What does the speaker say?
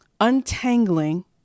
untangling